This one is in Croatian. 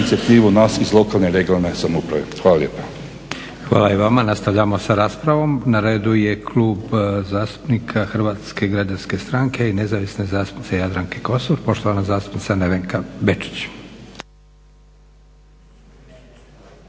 inicijativu nas iz lokalne regionalne samouprave. Hvala lijepa. **Leko, Josip (SDP)** Hvala i vama. Nastavljamo sa raspravom. Na redu je Klub zastupnika Hrvatske građanske stranke i nezavisna zastupnice Jadranke Kosor. Poštovana zastupnica Nevenka Bečić.